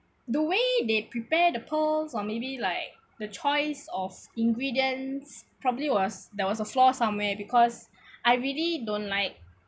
the way they prepare the pearls or maybe like the choice of ingredients probably was there was a flaw somewhere because I really don't like